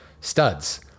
studs